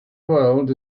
world